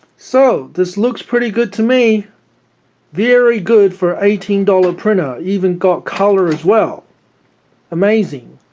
so this looks pretty good to me very good for eighteen dollars printer even got color as well amazing